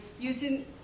using